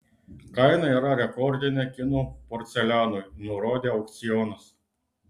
kaina yra rekordinė kinų porcelianui nurodė aukcionas